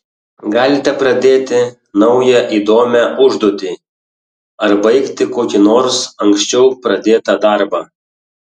galite pradėti naują įdomią užduotį ar baigti kokį nors anksčiau pradėtą darbą